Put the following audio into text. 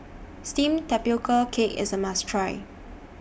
Steamed Tapioca Cake IS A must Try